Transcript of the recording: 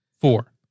four